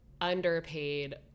underpaid